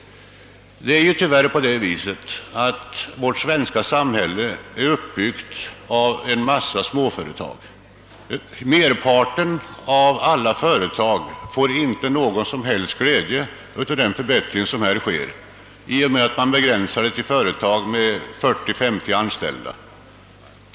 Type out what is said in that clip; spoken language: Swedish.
Tyvärr är vårt svenska samhälle uppbyggt av en mängd svenska småföretag. Merparten av alla företag får inte någon som helst glädje av den förbättring som här äger rum eftersom förbättringen begränsas till företag med 40—50 anställda.